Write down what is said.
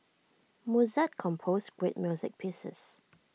Mozart composed great music pieces